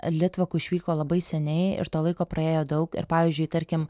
litvakų išvyko labai seniai ir to laiko praėjo daug ir pavyzdžiui tarkim